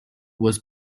was